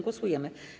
Głosujemy.